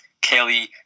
Kelly